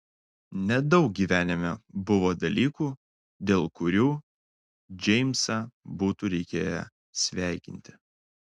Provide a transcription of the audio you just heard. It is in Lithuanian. nedaug gyvenime buvo dalykų dėl kurių džeimsą būtų reikėję sveikinti